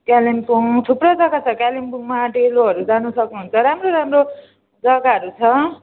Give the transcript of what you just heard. कालिम्पोङ थुप्रो जग्गा छ कालिम्पोङमा डेलोहरू जानु सक्नुहुन्छ राम्रो राम्रो जग्गाहरू छ